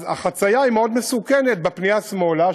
אז החציה היא מאוד מסוכנת בפנייה שמאלה,